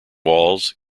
walls